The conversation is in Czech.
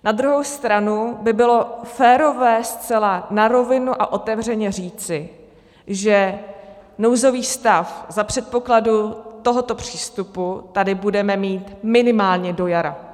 Na druhou stranu by bylo férové zcela na rovinu a otevřeně říci, že nouzový stav za předpokladu tohoto přístupu tady budeme mít minimálně do jara.